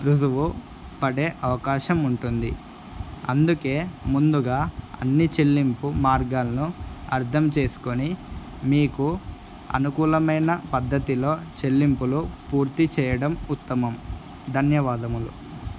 ఋజువు పడే అవకాశం ఉంటుంది అందుకని ముందుగా అన్ని చెల్లింపు మార్గాలను అర్థం చేసుకొని మీకు అనుకూలమైన పద్ధతిలో చెల్లింపులు పూర్తి చేయడం ఉత్తమం ధన్యవాదములు